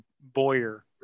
Boyer